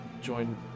join